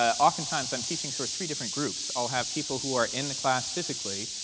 oftentimes i'm teaching sort of three different groups. i'll have people who are in the class physically.